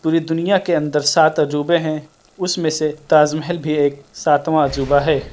پوری دنیا کے اندر سات عجوبے ہیں اس میں سے تاج محل بھی ایک ساتواں عجوبہ ہے